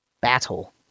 battle